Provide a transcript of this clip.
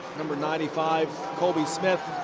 number ninety five. kobe smith.